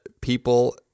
people